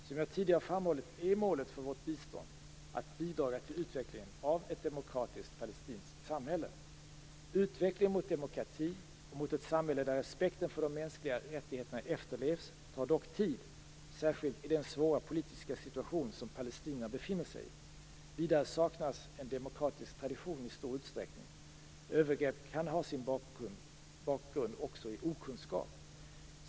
Som jag tidigare har framhållit, är målet för vårt bistånd att bidra till utvecklingen av ett demokratiskt palestinskt samhälle. Utvecklingen mot demokrati och mot ett samhälle där respekten för de mänskliga rättigheterna efterlevs tar dock tid, särskilt i den svåra politiska situation som palestinierna befinner sig i. Vidare saknas en demokratisk tradition i stor utsträckning. Övergrepp kan ha sin bakgrund också i okunskap.